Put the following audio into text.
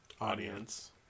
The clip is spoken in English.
audience